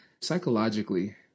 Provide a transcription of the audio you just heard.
psychologically